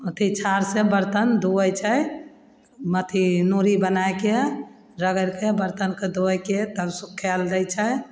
अथी छाउरसँ बर्तन धौवय छै अथी नूरी बनायके रगड़िके बर्तनके धोवैके तब सुखय लए दै छै